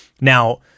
Now